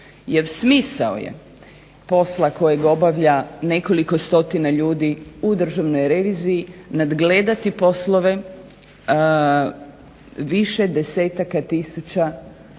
smisao je posla kojeg obavlja nekoliko stotina ljudi u državnoj reviziji nadgledati poslove više desetaka tisuća osoba